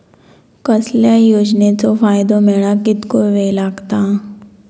कसल्याय योजनेचो फायदो मेळाक कितको वेळ लागत?